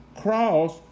Cross